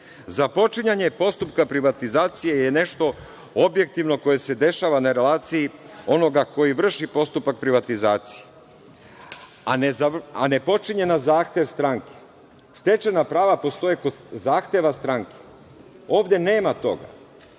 započinjanje postupka privatizacije je nešto objektivno koje se dešava na relaciji onoga koji vrši postupak privatizacije, a ne počinje na zahtev stranke. Stečena prava postoje kod zahteva stranke. Ovde nema toga